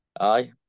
Aye